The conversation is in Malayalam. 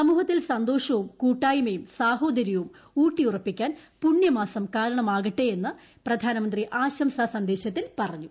സമൂഹത്തിൽ സന്തോഷവും കൂട്ടായ്മയും സാഹോദരൃവും ഊട്ടിയുറപ്പിക്കാൻ പുണ്യമാസം കാരണമാകട്ടേയെന്ന് പ്രധാനമന്ത്രി ആശംസാ സന്ദേശത്തിൽ പറഞ്ഞു